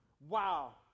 wow